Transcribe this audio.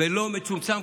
ולא מצומצם,